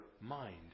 mind